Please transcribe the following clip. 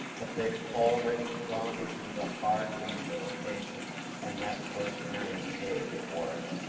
but they've already gone through the hard rehabilitation and that first ninety days of work.